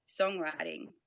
songwriting